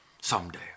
someday